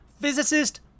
Physicist